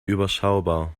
überschaubar